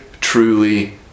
truly